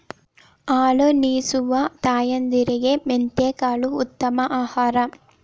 ಹಾಲುನಿಸುವ ತಾಯಂದಿರಿಗೆ ಮೆಂತೆಕಾಳು ಉತ್ತಮ ಆಹಾರ